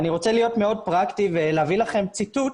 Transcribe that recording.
אני רוצה להיות מאוד פרקטי ולהביא לכם ציטוט